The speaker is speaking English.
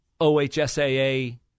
OHSAA